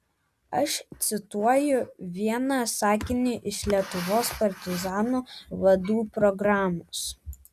aš cituoju vieną sakinį iš lietuvos partizanų vadų programos